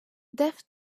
death